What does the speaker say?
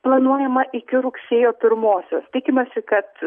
planuojama iki rugsėjo pirmosios tikimasi kad